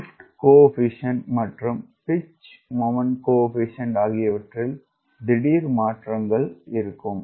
lift coefficient மற்றும் pitch moment coefficient ஆகியவற்றில் திடீர் மாற்றங்கள் இருக்கும்